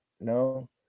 no